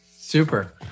super